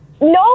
No